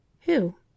Who